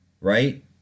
right